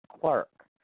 Clerk